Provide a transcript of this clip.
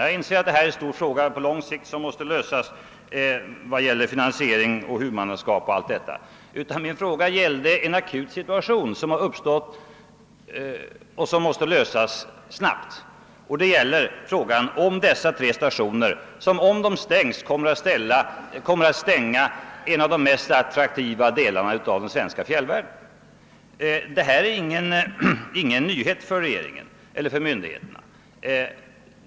Jag inser att detta är en stor fråga på lång sikt som måste lösas vad gäller finansiering och huvudmannaskap och allt detta, men min fråga gällde en akut situation som har uppstått och som måste lösas snabbt. Det gäller en akut finansieringskris för dessa tre stationer som ifall de stängs kommer att stänga turisterna ute från en av de mest attraktiva delarna av den svenska fjällvärlden. Detta är ingen nyhet för regeringen eller övriga myndigheter.